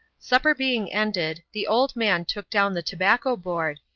supper being ended, the old man took down the tobacco-board,